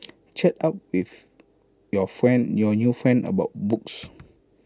chat up with your friend your new friend about books